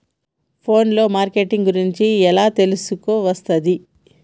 Phone లో marketing గురించి ఎలా తెలుసుకోవస్తది?